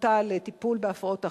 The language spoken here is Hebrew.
יושב-ראש העמותה לטיפול בהפרעות אכילה.